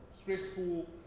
stressful